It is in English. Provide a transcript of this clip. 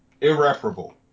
irreparable